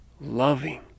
loving